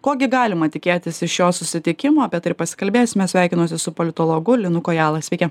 ko gi galima tikėtis iš šio susitikimo apie tai ir pasikalbėsime sveikinuosi su politologu linu kojala sveiki